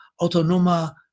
Autonoma